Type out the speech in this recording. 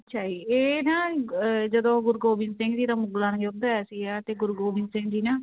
ਅੱਛਾ ਜੀ ਇਹ ਨਾ ਜਦੋਂ ਗੁਰੂ ਗੋਬਿੰਦ ਸਿੰਘ ਜੀ ਦਾ ਮੁਗਲਾਂ ਨਾਲ ਯੁੱਧ ਹੋਇਆ ਸੀਗਾ ਅਤੇ ਗੁਰੂ ਗੋਬਿੰਦ ਸਿੰਘ ਜੀ ਨਾ